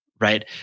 right